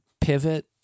Pivot